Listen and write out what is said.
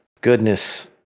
goodness